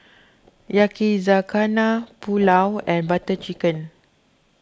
Yakizakana Pulao and Butter Chicken